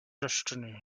destiny